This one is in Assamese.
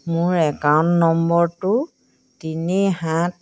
মোৰ একাউণ্ট নম্বৰটো তিনি সাত